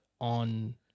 on